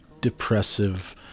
depressive